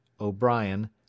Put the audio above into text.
O'Brien